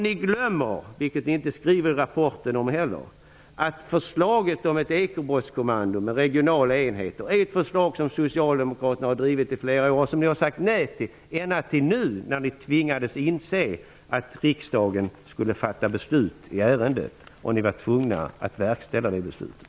Ni glömmer, vilket ni inte heller skriver i rapporten om, att förslaget om ett ekobrottskommando med regionala enheter är ett förslag som Socialdemokraterna har drivit i flera år och som ni har sagt nej till ända tills nu, när ni tvingades inse att riksdagen skulle fatta beslut i ärendet och att ni var tvungna att verkställa det beslutet.